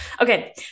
Okay